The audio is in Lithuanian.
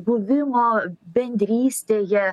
buvimo bendrystėje